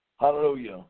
Hallelujah